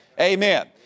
Amen